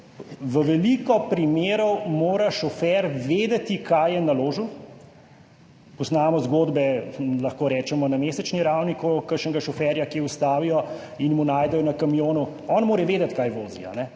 V veliko primerih mora šofer vedeti, kaj je naložil. Poznamo zgodbe, lahko rečemo, na mesečni ravni, ko kakšnega šoferja ustavijo in mu najdejo na kamionu. On mora vedeti, kaj vozi.